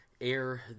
air